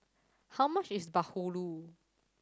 how much is bahulu